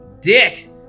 dick